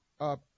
up